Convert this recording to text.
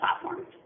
platforms